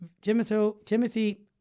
Timothy